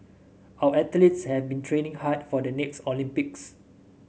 our athletes have been training hard for the next Olympics